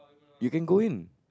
you can go in